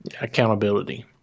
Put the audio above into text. Accountability